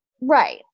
Right